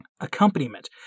Accompaniment